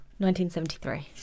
1973